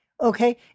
Okay